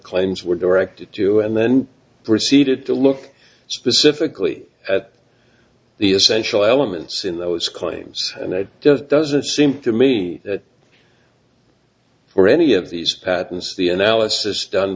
claims were directed to and then proceeded to look specifically at the essential elements in those claims and it does doesn't seem to me that were any of these patents the analysis done